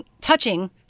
touching